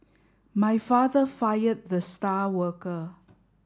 my father fired the star worker